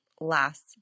last